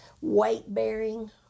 weight-bearing